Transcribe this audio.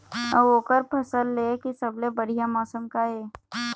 अऊ ओकर फसल लेय के सबसे बढ़िया मौसम का ये?